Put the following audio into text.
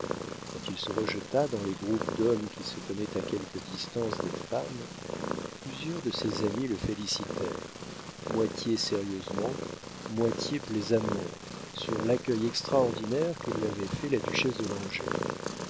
quand il se rejeta dans les groupes d'hommes qui se tenaient à quelque distance des femmes plusieurs de ses amis le félicitèrent moitié sérieusement moitié plaisamment sur l'accueil extraordinaire que lui avait fait la duchesse de langeais